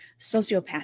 sociopath